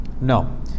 No